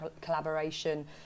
collaboration